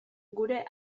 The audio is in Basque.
gure